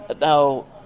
now